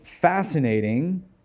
fascinating